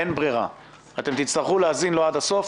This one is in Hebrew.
אין ברירה, אתם תצטרכו להאזין לו עד הסוף.